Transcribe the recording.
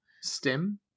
STEM